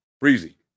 Breezy